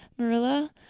marilla.